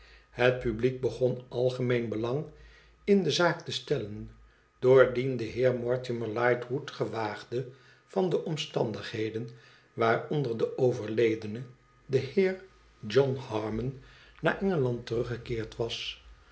het publiek beon algemeen belang in de zaak te stellen doordien de heer mortimer lightwood gewaagde van de omstandigheden waaronder de overledene de heer john harmon naar engeland teruggekeerd was